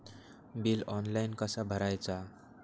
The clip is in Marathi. बिल ऑनलाइन कसा भरायचा?